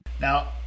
Now